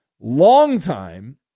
longtime